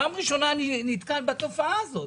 פעם ראשונה שאני נתקל בתופעה הזאת.